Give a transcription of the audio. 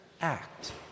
act